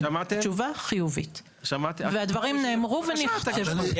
כן, התשובה חיובית והדברים נאמרו ונכתבו.